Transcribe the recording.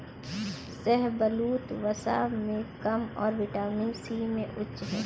शाहबलूत, वसा में कम और विटामिन सी में उच्च है